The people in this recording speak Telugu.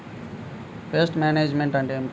పెస్ట్ మేనేజ్మెంట్ అంటే ఏమిటి?